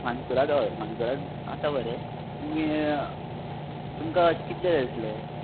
मानकुराद हय मानकुराद आसा बरे तुमी तुमकां कितले जाय आसले